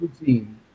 routine